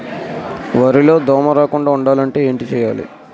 వరిలో దోమ రాకుండ ఉండాలంటే ఏంటి చేయాలి?